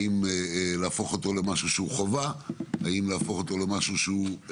האם להפוך את זה לחובה או לאפשרות.